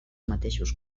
mateixos